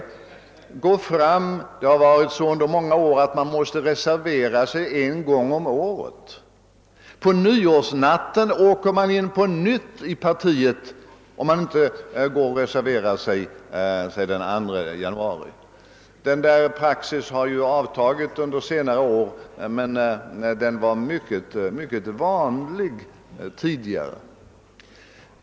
Det har under många år i många organisationer varit så att han måste reservera sig en gång om året. På nyårsnatten åker man på nytt in i partiet och måste gå och reservera sig igen den 2 januari. Denna praxis lär ha avtagit under senare år, men den var mycket vanlig tidigare.